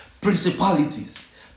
principalities